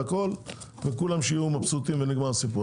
הכל ושכולם יהיו מבסוטים ונגמר הסיפור,